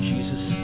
Jesus